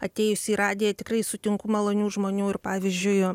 atėjus į radiją tikrai sutinku malonių žmonių ir pavyzdžiui